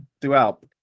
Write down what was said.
throughout